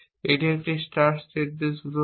এটি একটি start set দিয়ে শুরু হবে